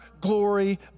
glory